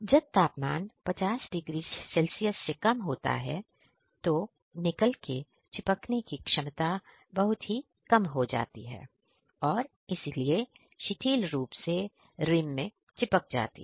जब तापमान 50 degree 6 Celsius से कम होता है तो निकल के चिपकने की क्षमता बहुत ही कम हो जाती है और इसीलिए शिथिल रूप से रिम में चिपक जाती है